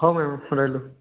ହଉ ମ୍ୟାମ୍ ରହିଲୁ